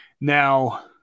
Now